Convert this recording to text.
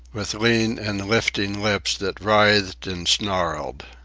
with lean and lifting lips that writhed and snarled.